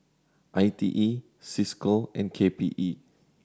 I T E Cisco and K P E